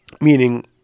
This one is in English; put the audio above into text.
meaning